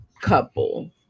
couple